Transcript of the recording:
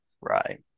Right